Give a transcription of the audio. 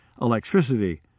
electricity